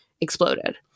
exploded